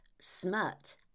smut